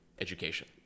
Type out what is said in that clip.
education